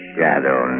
Shadow